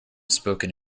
spoken